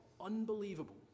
unbelievable